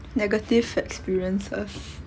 negative experiences